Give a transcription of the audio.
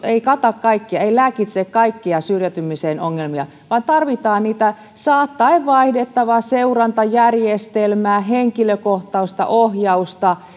ei kata kaikkea ei lääkitse kaikkia syrjäytymisen ongelmia vaan tarvitaan saattaen vaihdettavaa seurantajärjestelmää henkilökohtaista ohjausta